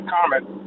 comment